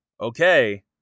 okay